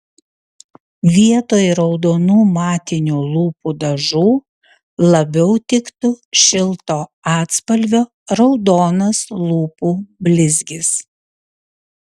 vietoj raudonų matinių lūpų dažų labiau tiktų šilto atspalvio raudonas lūpų blizgis